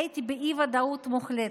הייתי באי-ודאות מוחלטת.